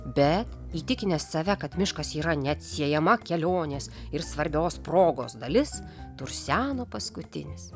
bet įtikinęs save kad miškas yra neatsiejama kelionės ir svarbios progos dalis turseno paskutinis